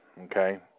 okay